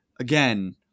Again